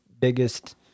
Biggest